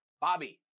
Bobby